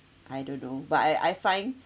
I don't know but I I find